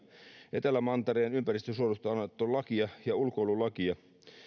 etelämantereen ympäristönsuojelusta annettua lakia ja ulkoilulakia